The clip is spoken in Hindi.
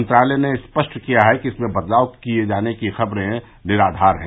मंत्रालय ने स्पष्ट किया है कि इसमें बदलाव किए जाने की खबरें निरावार हैं